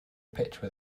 picture